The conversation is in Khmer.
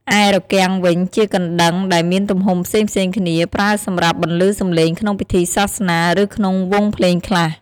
ឯរគាំងវិញ ជាកណ្តឹងដែលមានទំហំផ្សេងៗគ្នា ប្រើសម្រាប់បន្លឺសំឡេងក្នុងពិធីសាសនា ឬក្នុងវង់ភ្លេងខ្លះ។